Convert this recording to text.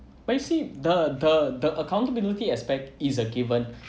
but you see the the the accountability aspect is a given